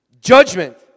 Judgment